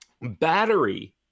Battery